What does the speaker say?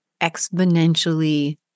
exponentially